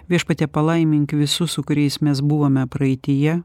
viešpatie palaimink visus su kuriais mes buvome praeityje